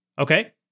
Okay